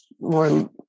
more